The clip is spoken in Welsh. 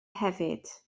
hefyd